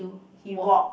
he walked